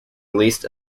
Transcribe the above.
least